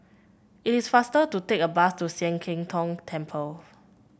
it is faster to take a bus to Sian Keng Tong Temple